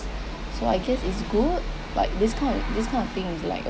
so I guess is good like this kind of this kind of thing is like